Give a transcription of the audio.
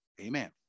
Amen